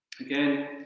Again